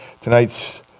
Tonight's